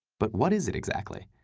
but what is it exactly?